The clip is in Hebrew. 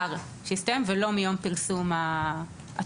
המאגר שיסתיים ולא מיום פרסום התיקון.